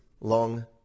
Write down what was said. long